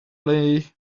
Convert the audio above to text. play